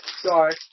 Sorry